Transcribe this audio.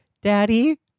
daddy